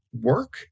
work